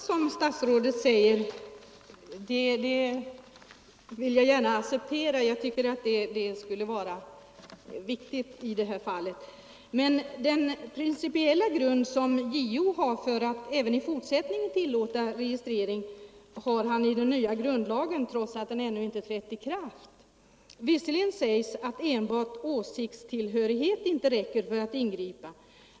Herr talman! Det senaste som statsrådet säger vill jag gärna acceptera. Det är viktigt att lärarkandidaten får information i ett sådant här fall. Den principiella grund som JO har för att även i fortsättningen tillåta registrering finns emellertid i den nya grundlagen, trots att den ännu inte trätt i kraft. Visserligen sägs att enbart åsiktstillhörighet inte räcker för att ingripa.